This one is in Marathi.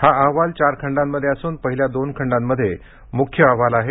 हा अहवाल चार खंडांमध्ये असून पहिल्या दोन खंडांमध्ये मुख्य अहवाल आहे